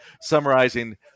summarizing